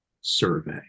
survey